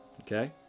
okay